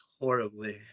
horribly